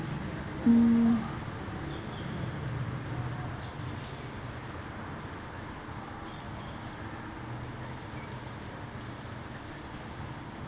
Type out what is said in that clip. mm